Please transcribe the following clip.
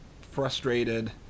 frustrated